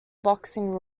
boxing